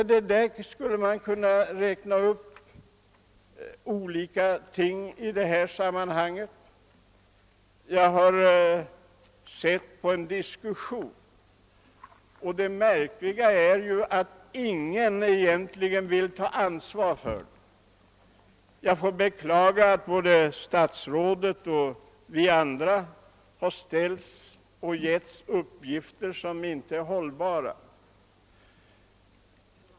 På detta sätt skulle jag kunna räkna upp en mängd olika ting. Jag har tagit del av referatet från en diskussion i ämnet, och det märkliga är att ingen vill ta ansvaret. Jag beklagar att både statsrådet och vi andra fått uppgifter som inte är hållbara.